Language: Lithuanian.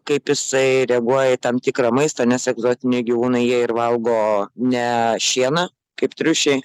kaip jisai reaguoja į tam tikrą maistą nes egzotiniai gyvūnai jei ir valgo ne šieną kaip triušiai